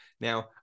Now